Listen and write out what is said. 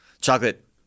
Chocolate